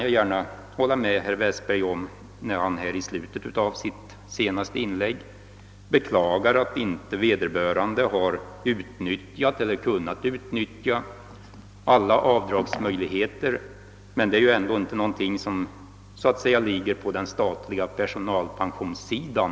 Jag håller med herr Westberg när han i sitt senaste inlägg beklagar att vederbörande inte har utnyttjat alla avdragsmöjligheter; den frågan berör emellertid inte den statliga pensionssidan.